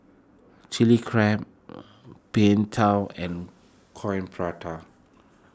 Chilli Crab Png Tao and Coin Prata